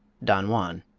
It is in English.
don juan.